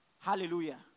Hallelujah